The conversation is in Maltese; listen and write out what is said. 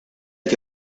qed